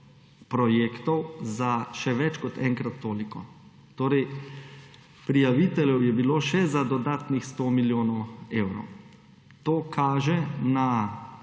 projektov je bilo za še več kot enkrat toliko. Torej prijaviteljev je bilo še za dodatnih 100 milijonov evrov. To kaže na